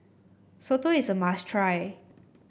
Soto is a must try